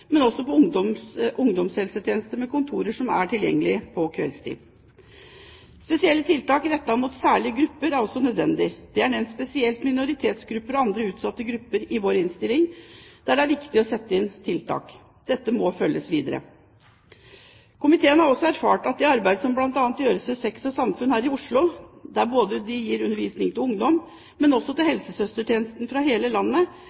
men også på ungdomshelsetjeneste med kontorer som er tilgjengelige på kveldstid. Spesielle tiltak rettet mot særlige grupper er også nødvendig. Spesielt minoritetsgrupper og andre utsatte grupper der det er viktig å sette inn tiltak, er nevnt i vår innstilling. Dette må følges opp videre. Komiteen har også erfart at det arbeidet som bl.a. gjøres ved Sex og samfunn her i Oslo, er det viktig å bygge videre på. De gir undervisning til ungdom, og også til helsesøstertjenesten over hele landet